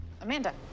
Amanda